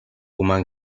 woman